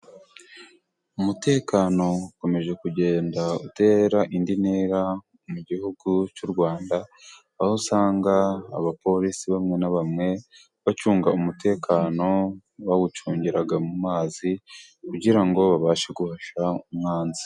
Umutekano ukomeje kugenda utera indi ntera mu gihugu cy'u Rwanda, aho usanga abapolisi bamwe na bamwe bacunga umutekano, bawucungira mu mazi, kugira ngo babashe guhashya umwanzi.